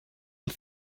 and